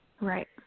right